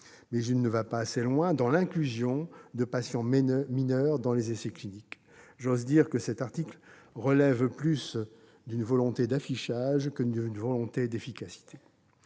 mais il ne va pas assez loin dans l'inclusion de patients mineurs dans des essais cliniques. J'ose dire que cet article relève plus d'une « volonté d'affichage » que d'une volonté d'efficacité.